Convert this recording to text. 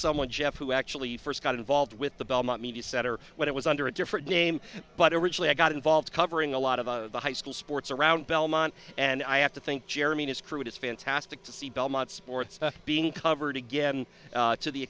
someone jeff who actually first got involved with the belmont media center when it was under a different name but originally i got involved covering a lot of a high school sports around belmont and i have to think jeremy is true it is fantastic to see belmont sports being covered again and to the